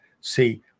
See